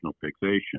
fixation